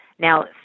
Now